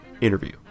interview